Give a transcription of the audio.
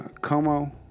Como